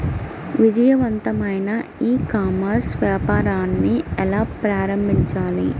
విజయవంతమైన e commerce వ్యాపారాన్ని ఎలా ప్రారంభించాలి?